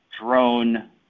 drone